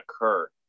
occur